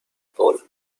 poland